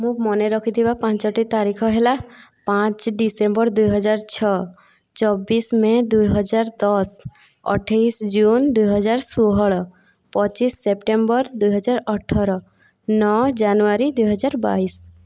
ମୁଁ ମନେ ରଖିଥିବା ପାଞ୍ଚଟି ତାରିଖ ହେଲା ପାଞ୍ଚ ଡିସେମ୍ବର ଦୁଇହଜାର ଛଅ ଚବିଶ ମେ ଦୁଇହଜାର ଦଶ ଅଠେଇଶ ଜୁନ ଦୁଇହଜାର ଷୋହଳ ପଚିଶ ସେପ୍ଟେମ୍ବର ଦୁଇ ହଜାର ଅଠର ନଅ ଜାନୁଆରୀ ଦୁଇହଜାର ବାଇଶ